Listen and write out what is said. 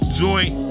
joint